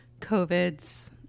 COVID's